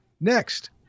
next